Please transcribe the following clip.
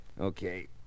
Okay